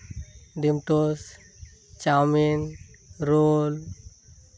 ᱰᱤᱢ toast chowmein roll